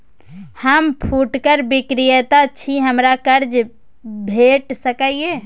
हम फुटकर विक्रेता छी, हमरा कर्ज भेट सकै ये?